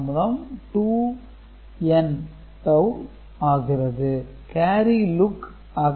தாமதம் 2n டவூ ஆகிறது